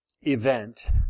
event